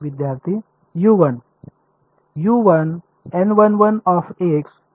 विद्यार्थी U1